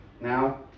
now